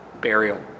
burial